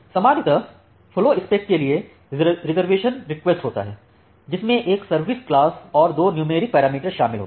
सामान्यतः flowspec की लिए रिज़र्वेशन रिक्वेस्ट होता है जिसमे एक सर्विस क्लास और दो न्यूमेरिक पैरामीटर शामिल होते हैं